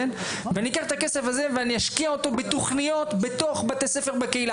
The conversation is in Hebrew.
ואני אקח את הכסף הזה ואשקיע אותו בתכניות בתוך בתי ספר בקהילה,